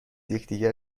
یکدیگر